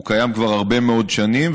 הוא קיים כבר הרבה מאוד שנים,